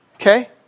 Okay